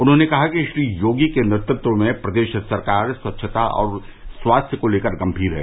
उन्होंने कहा कि श्री योगी के नेतत्व में प्रदेश सरकार स्वच्छता और स्वास्थ्य को तेकर गंभीर है